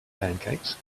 pancakes